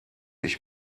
ich